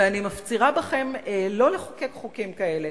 ואני מפצירה בכם לא לחוקק חוקים כאלה,